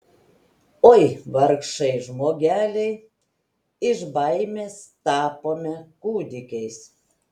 oi vargšai žmogeliai iš baimės tapome kūdikiais